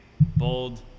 Bold